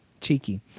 cheeky